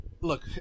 look